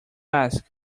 ask